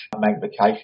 magnification